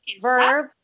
Verb